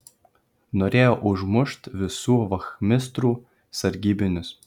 norėjo užmušt visų vachmistrų sargybinius